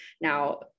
now